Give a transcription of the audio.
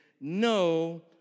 no